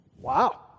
Wow